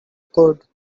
could